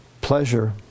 Pleasure